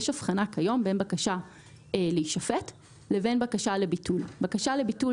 יש היום הבחנה בין בקשה להישפט לבין בקשה לביטול.